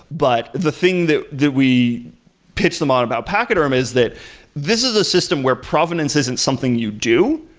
but the thing that that we pitch them on about pachyderm is that this is a system where provenance isn't something you do.